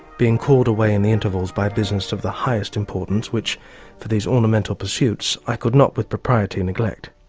being called away in the intervals by business of the highest importance which for these ornamental pursuits i could not with propriety neglect.